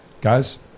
Guys